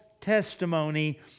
testimony